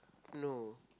no